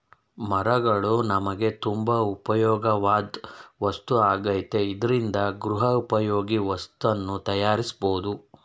ಮರಗಳು ನಮ್ಗೆ ತುಂಬಾ ಉಪ್ಯೋಗವಾಧ್ ವಸ್ತು ಆಗೈತೆ ಇದ್ರಿಂದ ಗೃಹೋಪಯೋಗಿ ವಸ್ತುನ ತಯಾರ್ಸ್ಬೋದು